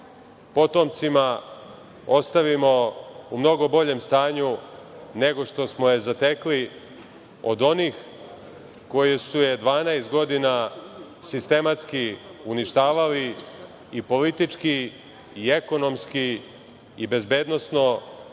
potomcima ostavimo u mnogo boljem stanju, nego što smo je zatekli od onih koji su je 12 godina sistematski uništavali, i politički, i ekonomski, i bezbednosno